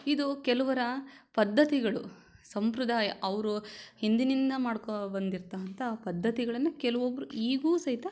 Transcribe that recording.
ಇದು ಕೆಲವರ ಪದ್ದತಿಗಳು ಸಂಪ್ರದಾಯ ಅವರು ಹಿಂದಿನಿಂದ ಮಾಡಿಕೋ ಬಂದಿರ್ತಕ್ಕಂಥ ಪದ್ಧತಿಗಳನ್ನು ಕೆಲವೊಬ್ಬರು ಈಗ್ಲೂ ಸಹಿತ